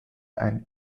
and